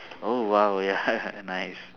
oh !wow! ya nice